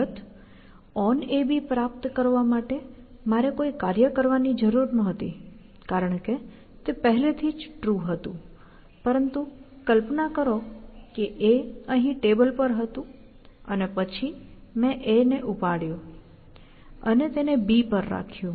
અલબત્ત onAB પ્રાપ્ત કરવા માટે મારે કોઈ કાર્ય કરવાની જરૂર નહોતી કારણ કે તે પહેલેથી જ ટ્રુ હતું પરંતુ કલ્પના કરો કે A અહીં ટેબલ પર હતું અને પછી મેં A ને ઉપાડ્યું અને તેને B પર રાખ્યું